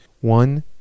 One